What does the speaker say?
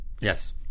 Yes